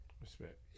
Respect